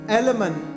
element